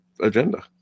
agenda